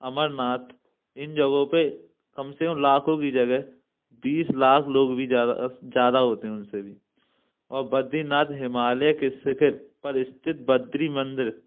अमरनाथ इन जगहों पर कम से कम लाखों की जगह बीस लाख लोग भी ज्यादा होते हैं उनसे भी और बद्रीनाथ हिमालय के शिखर पर स्थित बद्री मंदिर